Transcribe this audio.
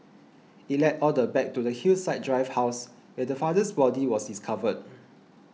it led all the back to the Hillside Drive house where the father's body was discovered